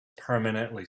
permanently